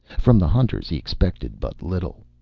from the hunters he expected but little.